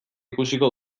ikusiko